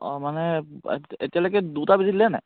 অঁ মানে এতিয়ালৈকে দুটা বেজি দিলে নে নাই